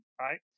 right